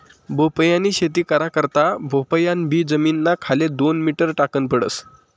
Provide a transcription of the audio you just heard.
भोपयानी शेती करा करता भोपयान बी जमीनना खाले दोन मीटर टाकन पडस